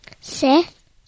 Seth